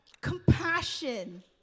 compassion